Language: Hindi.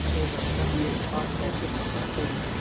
एक अच्छा थूकपाक कैसे पकाते हैं